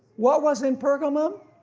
what was in pergamum?